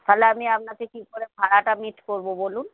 তাহলে আমি আপনাকে কী করে ভাড়াটা মিট করবো বলুন